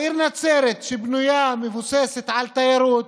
העיר נצרת, שבנויה ומבוססת על תיירות,